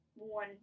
One